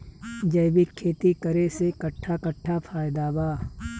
जैविक खेती करे से कट्ठा कट्ठा फायदा बा?